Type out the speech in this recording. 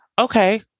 okay